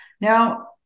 Now